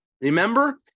Remember